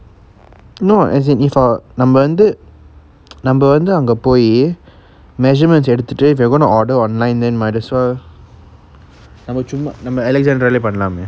no as in if I நம்ப வந்து நம்ப வந்து அங்க போய்:namba vanthu namba vanthu anga poai measurements எடுத்துட்டு:eduthuttu if we are going to order online then might as well நம்ம சும்மா நம்ம:namma summa namma alexandra லையே பண்ணலாமே:laye pannalame